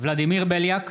ולדימיר בליאק,